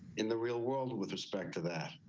in the real world, with respect to that.